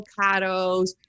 avocados